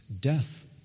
death